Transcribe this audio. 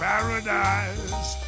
Paradise